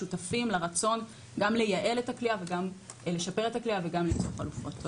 שותפים לרצון גם לייעל את הכליאה וגם לשפר את הכליאה וגם למצוא חלופות.